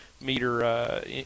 meter